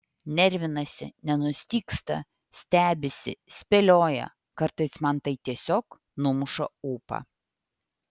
nervinasi nenustygsta stebisi spėlioja kartais man tai tiesiog numuša ūpą